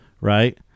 right